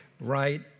right